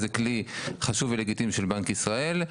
זה כלי חשוב ולגיטימי של בנק ישראל,